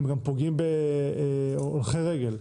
הם גם פוגעים בהולכי רגל,